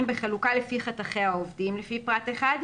בחלוקה לפי חתכי העובדים לפי פרט (1),